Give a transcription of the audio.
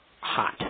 hot